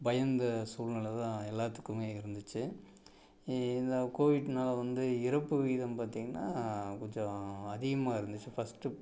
பயந்த சூழ்நிலை தான் எல்லாத்துக்குமே இருந்துச்சு இ இந்த கோவிட்னால் வந்து இறப்பு விகிதம் பார்த்தீங்கனா கொஞ்சம் அதிகமாக இருந்துச்சு ஃபஸ்ட்டு